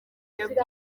yabwiye